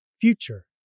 future